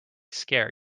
scare